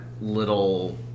little